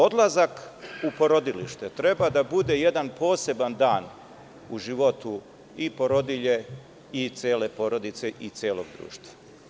Odlazak u porodilište treba da bude jedan poseban dan u životu i porodilje i cele porodice i celog društva.